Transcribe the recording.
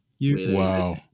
Wow